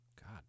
God